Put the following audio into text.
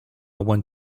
want